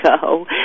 go